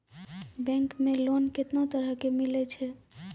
Bank मे loan कैतना तरह के मिलै छै?